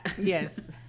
Yes